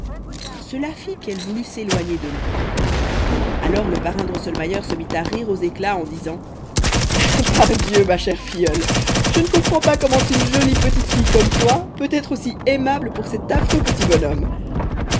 cela fit qu'elle voulut s'éloigner de lui alors le parrain drosselmayer se mit à rire aux éclats en disant pardieu ma chère filleule je ne comprends pas comment une jolie petite fille comme toi peut être aussi aimable pour cet affreux petit bonhomme